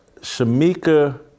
Shamika